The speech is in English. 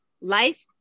Life